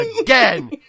again